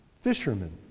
Fishermen